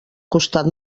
costat